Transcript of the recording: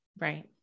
Right